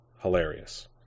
hilarious